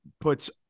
puts –